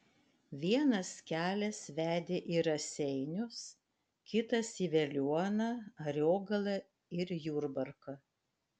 vienas kelias vedė į raseinius kitas į veliuoną ariogalą ir jurbarką